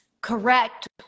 correct